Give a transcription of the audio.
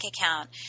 account